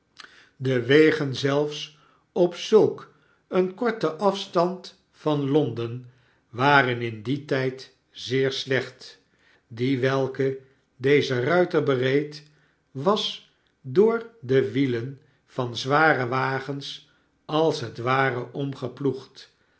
de wegen zelfs op zulk een korten afstand van londen waren in dien tijd zeer slecht die welken deze ruiter bereed was door de wielen van zware wagens als het ware omgeploegd